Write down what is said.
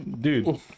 dude